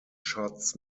shots